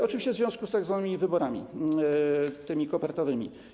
Oczywiście w związku z tzw. wyborami, tymi kopertowymi.